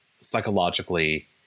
psychologically